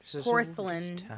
Porcelain